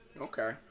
Okay